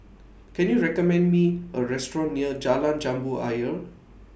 Can YOU recommend Me A Restaurant near Jalan Jambu Ayer